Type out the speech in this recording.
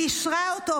אישרה אותו.